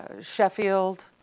Sheffield